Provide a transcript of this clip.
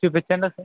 చూపించ్చండి ఓక సారి